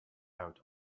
out